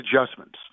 adjustments